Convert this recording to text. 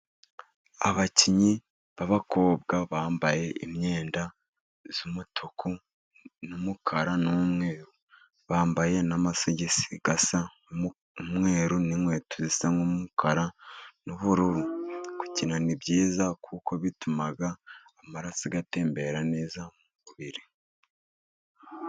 Abakinnyi b'abakobwa bambaye imyenda y'umutuku n'umukara n'umweru. Bambaye n'amasogisi y'umweru n'inkweto zisa nk'umukara n'ubururu. Gukina ni byiza kuko bituma amaraso atembera neza mu mubiri.